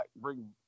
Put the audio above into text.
Bring